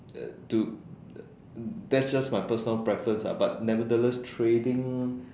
to that's just my personal preference ah but nevertheless trading